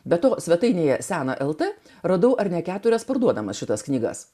be to svetainėje seną eltą radau ar ne keturias parduodamas šitas knygas